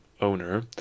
owner